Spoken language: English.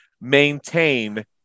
maintain